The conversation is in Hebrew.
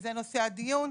שזה נושא הדיון,